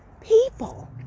People